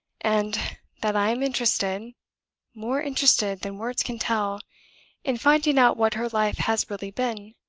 and that i am interested more interested than words can tell in finding out what her life has really been,